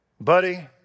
buddy